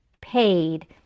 paid